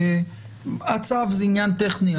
הצו זה עניין טכני,